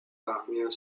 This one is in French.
parvient